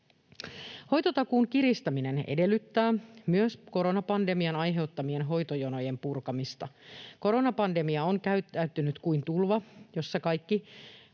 Hoitotakuun kiristäminen edellyttää myös koronapandemian aiheuttamien hoitojonojen purkamista. Koronapandemia on käyttäytynyt kuin tulva, jossa kaikki